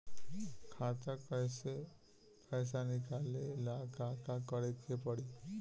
खाता से पैसा निकाले ला का का करे के पड़ी?